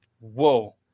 whoa